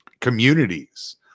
communities